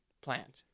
plant